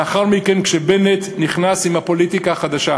לאחר מכן, כשבנט נכנס עם הפוליטיקה החדשה,